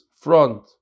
Front